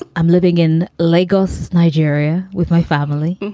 i'm living in lagos, nigeria, with my family.